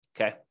Okay